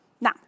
Now